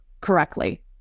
correctly